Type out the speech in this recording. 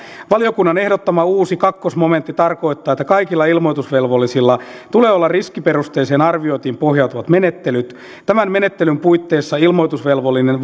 valiokunnan ehdottama uusi toinen momentti tarkoittaa että kaikilla ilmoitusvelvollisilla tulee olla riskiperusteiseen arviointiin pohjautuvat menettelyt tämän menettelyn puitteissa ilmoitusvelvollinen